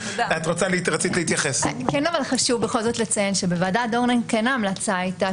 כן חשוב לציין שבוועדת דורנר ההמלצה כן הייתה